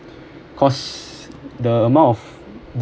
because the amount of